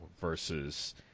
versus